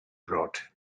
brought